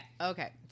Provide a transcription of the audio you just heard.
Okay